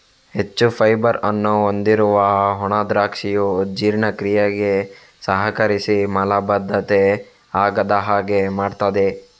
ಹೆಚ್ಚು ಫೈಬರ್ ಅನ್ನು ಹೊಂದಿರುವ ಒಣ ದ್ರಾಕ್ಷಿಯು ಜೀರ್ಣಕ್ರಿಯೆಗೆ ಸಹಕರಿಸಿ ಮಲಬದ್ಧತೆ ಆಗದ ಹಾಗೆ ಮಾಡ್ತದೆ